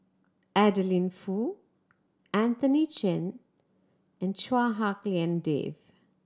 Adeline Foo Anthony Chen and Chua Hak Lien Dave